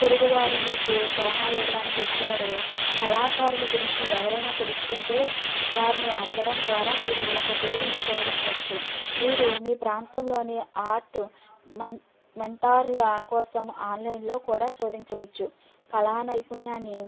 పొరుగువారు మీకు సలహా ఇవ్వడానికి ఇష్టపడే కళాకారుల గురించి ఎవరైనా తెలుసుకుంటే వారిని అడగడం ద్వారా మీరు ఒక గురువును కనుగొనవచ్చు మీరు మీ ప్రాంతంలోని ఆర్ట్ మెంటార్ల కోసం ఆన్లైన్లో కూడా శోధించవచ్చు కళా నైపుణ్యాన్ని